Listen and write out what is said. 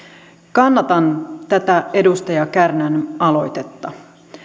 kannatan tätä edustaja kärnän aloitetta